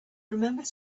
remembered